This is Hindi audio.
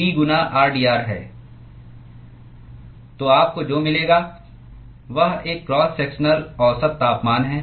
तो आपको जो मिलेगा वह एक क्रॉस सेक्शनल औसत तापमान है